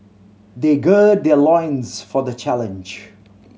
they gird their loins for the challenge